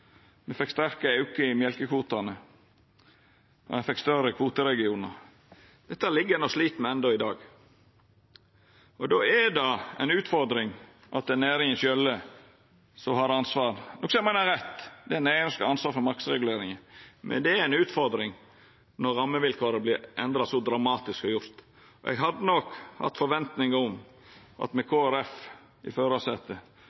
me fekk sterk auke i mjølkekvotane, og ein fekk større kvoteregionar. Dette ligg ein og slit med enno i dag. Då er det ei utfordring at det er næringa sjølv som har ansvar – noko eg meiner er rett, det er næringa som skal ha ansvar for marknadsreguleringa – når rammevilkåra vert endra så dramatisk som det er gjort. Eg hadde nok hatt forventingar om at med